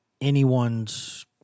Anyone's